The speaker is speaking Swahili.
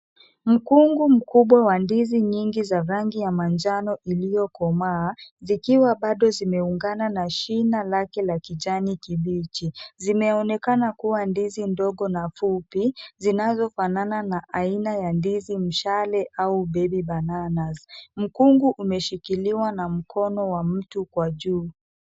Mkungu mkubwa wa ndizi nyingi za rangi ya manjano iliyokomaa, zikiwa bado zimeungana na shina lake la kijani kibichi. Zimeonekana kuwa ndizi ndogo na fupi, zinazofanana na aina ya ndizi mshale au baby bananas . Mkungu umeshikiliwa na mkono wa mtu kwa juu.